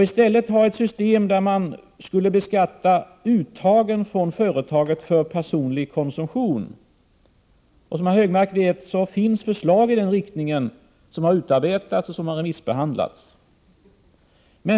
I stället borde man ha ett system där man beskattade uttagen från företaget för personlig konsumtion. Som herr Högmark vet finns utarbetade förslag i den riktningen som har remissbehandlats.